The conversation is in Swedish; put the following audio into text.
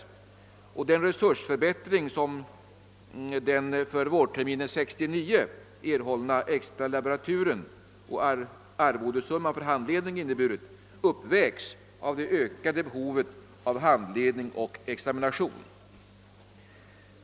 Den resursförbättring som den för vårterminen 1969 erhållna extra laboraturen samt arvodessumman för handledning inneburit uppvägs av det ökade behovet av handledning och examination.